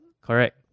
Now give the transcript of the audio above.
correct